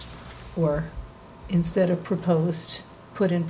or instead of proposed put in